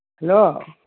hello